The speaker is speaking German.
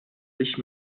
sich